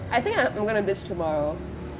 I think I am going to ditch tomorrow